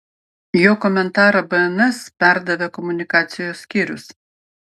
jo komentarą bns perdavė komunikacijos skyrius